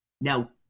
now